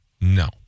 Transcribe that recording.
No